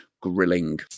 grilling